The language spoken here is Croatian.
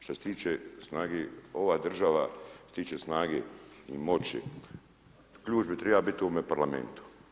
Što se tiče snage, ova država, što se tiče snage i moći ključ bi trebao biti u ovome Parlamentu.